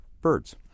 birds